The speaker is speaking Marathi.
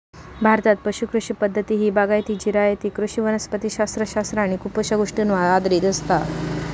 भारतात पुश कृषी पद्धती ही बागायती, जिरायती कृषी वनस्पति शास्त्र शास्त्र आणि खुपशा गोष्टींवर आधारित असता